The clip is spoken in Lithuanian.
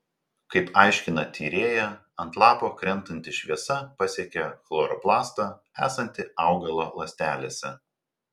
kaip aiškina tyrėja ant lapo krentanti šviesa pasiekia chloroplastą esantį augalo ląstelėse